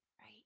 Right